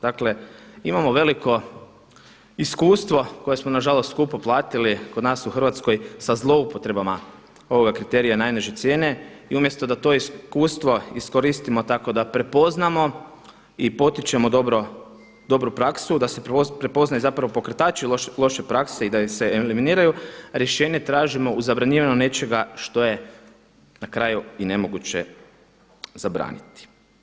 Dakle, imamo veliko iskustvo koje smo nažalost skupo platili kod nas u Hrvatskoj sa zloupotrebama ovoga kriterija najniže cijene i umjesto da to iskustvo iskoristimo tako da prepoznamo i potičemo dobru praksu, da se prepoznaje zapravo pokretači loše prakse i da ih se eliminiraju, rješenje tražimo u zabranjivanju nečega što je na kraju i nemoguće zabraniti.